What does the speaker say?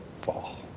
fall